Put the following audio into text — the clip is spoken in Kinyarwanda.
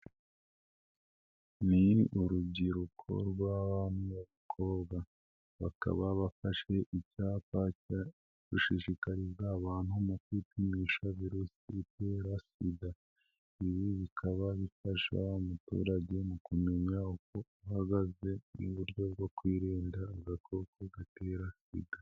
Ni urubyiruko rw'abakobwa bakaba bafashe icyapa cyo gushishikariza abantu mu kwipimisha virusi itera sida. Ibi bikaba bifasha umuturage mu kumenya uko uhagaze mu buryo bwo kwirinda agakoko gatera sida.